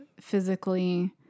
physically